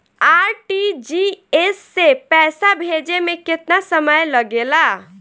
RTGS से पैसा भेजे में केतना समय लगे ला?